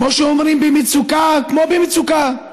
כמו שאומרים, במצוקה כמו במצוקה.